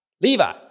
Levi